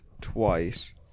twice